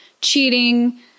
cheating